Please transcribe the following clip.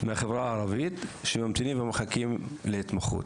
מהחברה הערבית, שממתינים ומחכים להתמחות.